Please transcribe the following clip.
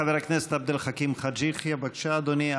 חבר הכנסת עבד אל חכים חאג' יחיא, בבקשה, אדוני.